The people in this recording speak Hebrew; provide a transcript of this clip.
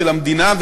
של המדינה,